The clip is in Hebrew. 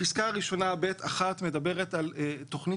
הפסקה הראשונה ב(1) מדברת על תוכנית